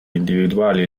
individuale